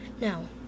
no